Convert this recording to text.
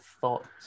thoughts